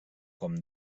com